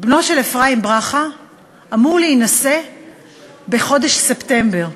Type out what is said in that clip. בנו של אפרים ברכה אמור להינשא בחודש ספטמבר.